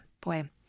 Boy